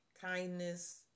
kindness